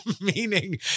meaning